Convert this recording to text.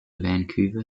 vancouver